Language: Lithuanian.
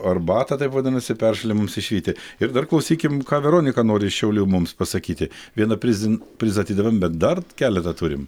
arbatą taip vadinasi peršalimams išvyti ir dar klausykim ką veronika nori iš šiaulių mums pasakyti vieną prizin prizą atidavėm bet dar keletą turim